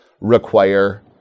require